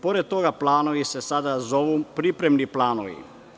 Pored toga, planovi se sada zovu pripremni planovi.